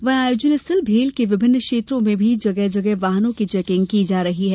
वहीं आयोजन स्थल भेल के विभिन्न क्षेत्रों में भी जगह जगह वाहनों की चेकिंग की जा रही है